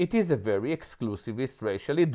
it is a very exclusive is racially